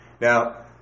Now